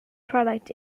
product